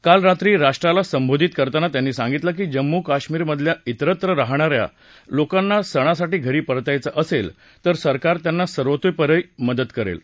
काल रात्री राष्ट्राला संबोधित करताना त्यांनी सांगितलं की जम्मू कश्मीरमधल्या विरत्र राहणा या लोकांना सणासाठी घरी परतायचं असेल तर सरकार त्यांना सर्वतोपरी मदत करेल